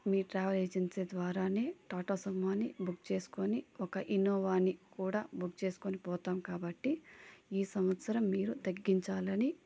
మీ travel agency ద్వారానే టాటా సుమోని book చేసుకొని ఒక ఇనోవాని కూడా బుక్ చేసుకొని పోతాం కాబట్టి ఈ సంవత్సరం మీరు తగ్గించాలని